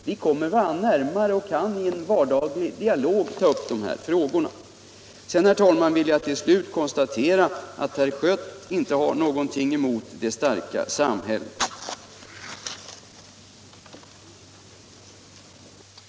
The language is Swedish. Vi kommer varandra närmare och kan i en vardaglig dialog ta upp dessa frågor. Sedan, herr talman, vill jag till slut konstatera att herr Schött inte har något emot det starka samhället. Det gläder mig.